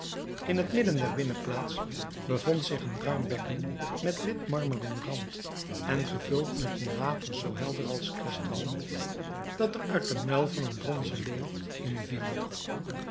in het midden der binnenplaats bevond zich een ruim bekken met wit marmeren rand en gevuld met een water zoo helder als kristal dat er uit den muil van een bronzen leeuw inviel